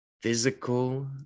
physical